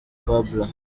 babla